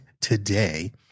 today